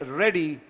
ready